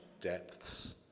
depths